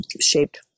shaped